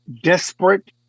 desperate